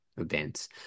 events